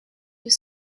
was